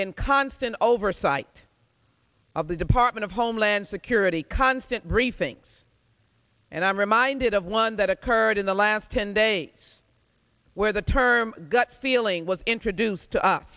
in constant oversight of the department of homeland security constant briefings and i'm reminded of one that occurred in the last ten days where the term gut feeling was introduced to us